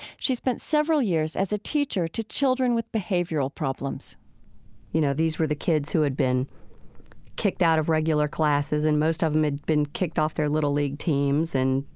she spent several years as a teacher to children with behavioral problems you know, these were the kids who had been kicked out of regular classes, and most of them had been kicked off their little league teams, and,